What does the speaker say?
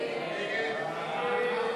ההסתייגות של קבוצת סיעת יהדות